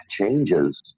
changes